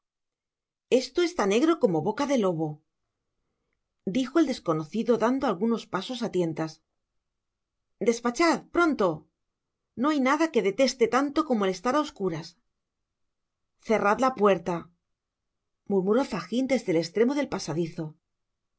esto es tan negro como boca de lobo dijo el desconocido dando algunos pasos á tientas despachad pronto no hay nada que deteste tanto como el estar á obscuras cerrad la puerta murmuró fagin desde el estremo del pasadizo